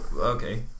okay